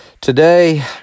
Today